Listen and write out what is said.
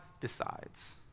decides